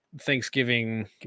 Thanksgiving